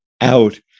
out